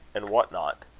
and what not!